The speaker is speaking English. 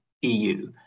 EU